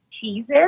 cheeses